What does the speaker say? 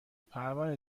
پروانه